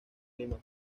lima